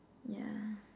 yeah